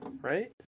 Right